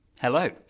Hello